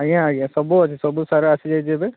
ଆଜ୍ଞା ଆଜ୍ଞା ସବୁ ଅଛି ସବୁ ସାର ଆସିଯାଇଛି ଏବେ